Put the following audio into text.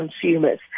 consumers